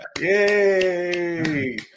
Yay